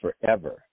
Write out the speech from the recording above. forever